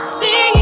see